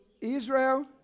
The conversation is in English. Israel